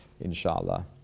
inshallah